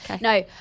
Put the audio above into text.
No